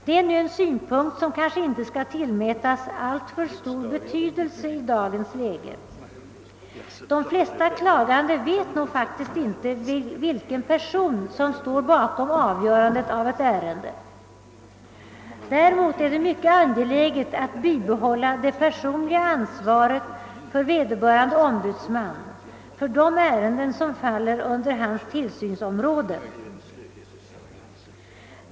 Det är en synpunkt som kanske inte skall tillmätas alltför stor betydelse i dagens läge. De flesta klagande vet nog inte vilken person som står bakom avgörandet av ett ärende. Däremot är det mycket angeläget att bibehålla det personliga ansvaret för vederbörande ombudsman för de ärenden som faller under hans tillsynsområde.